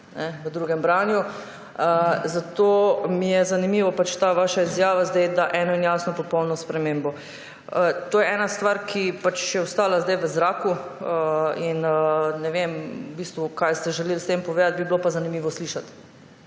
v drugem branju. Zato mi je zanimiva ta vaša izjava zdaj, da eno in jasno popolno spremembo. To je ena stvar, ki je zdaj ostala v zraku, in v bistvu ne vem, kaj ste želeli s tem povedati, bi bilo pa zanimivo slišati.